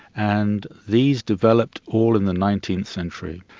and these developed all in the nineteenth century.